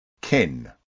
kin